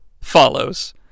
follows